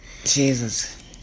Jesus